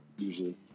Usually